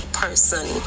person